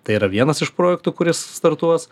tai yra vienas iš projektų kuris startuos